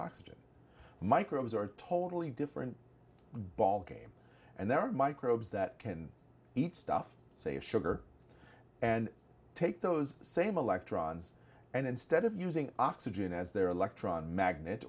oxygen microbes are totally different ballgame and there are microbes that can eat stuff say a sugar and take those same electrons and instead of using oxygen as their electron magnet